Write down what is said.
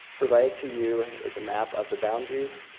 provided to you is a map of the boundaries.